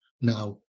now